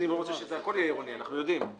משרד הפנים רוצה שהכול יהיה עירוני, אנחנו יודעים.